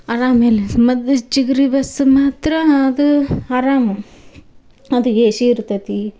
ಆರಾಮ್ ಎಲ್ಲಿ ಸ್ ಮೊದ್ಲ್ ಚಿಗರೆ ಬಸ್ ಮಾತ್ರ ಅದು ಆರಾಮು ಅದು ಏ ಶಿ ಇರ್ತತಿ